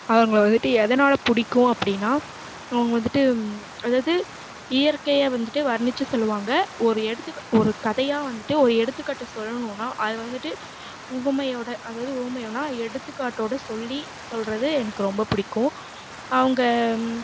அவங்கள வந்துவிட்டு எதனால் பிடிக்கும் அப்படின்னா அவங்க வந்துவிட்டு அதாவது இயற்கையை வந்துவிட்டு வர்ணிச்சு சொல்லுவாங்க ஒரு எடுத்துக்கா ஒரு கதையாக வந்துவிட்டு ஒரு எடுத்துக்காட்டு சொல்லணுன்னா அது வந்துவிட்டு உவமையோட அதாவது உவமையோடன்னா எடுத்துக்காட்டோட சொல்லி சொல்லுறது எனக்கு ரொம்ப பிடிக்கும் அவங்க